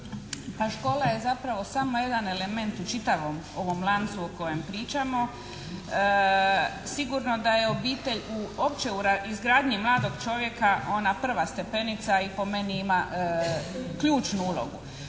škola je zapravo samo jedan element u čitavom ovom lancu o kojem pričamo. Sigurno da je obitelj u općoj izgradnji mladog čovjeka ona prva stepenica i po meni ima ključnu ulogu.